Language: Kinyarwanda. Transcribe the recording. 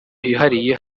hihariye